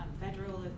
federal